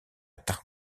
это